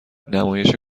نمایش